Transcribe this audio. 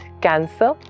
Cancer